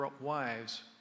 wives